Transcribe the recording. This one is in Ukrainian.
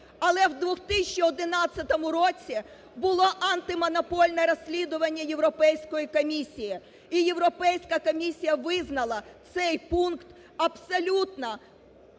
Але в 2011 році було антимонопольне розслідування Європейської комісії. І Європейська комісія визнала цей пункт абсолютно